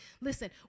Listen